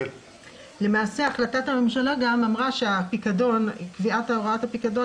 למעשה החלטת הממשלה אמרה שקביעת הוראת הפיקדון